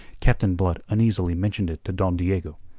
captain blood uneasily mentioned it to don diego.